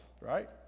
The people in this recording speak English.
right